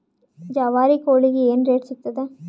ಜವಾರಿ ಕೋಳಿಗಿ ಏನ್ ರೇಟ್ ಸಿಗ್ತದ?